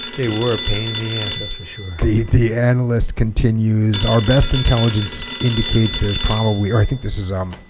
they were a pain in the ass that's for sure the the analyst continues our best intelligence indicates there's probably or i think this is um